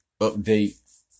update